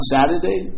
Saturday